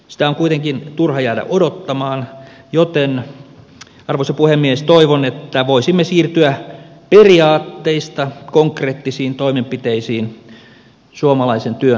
sitä on kuitenkin turha jäädä odottamaan joten arvoisa puhemies toivon että voisimme siirtyä periaatteista konkreettisiin toimenpiteisiin suomalaisen työn puolesta